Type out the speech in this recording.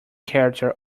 character